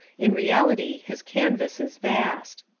in reality his canvas is vast.